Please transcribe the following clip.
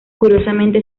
curiosamente